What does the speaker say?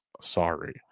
Sorry